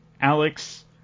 Alex